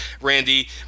randy